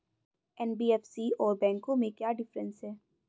NBFC और बैंकों में क्या डिफरेंस है?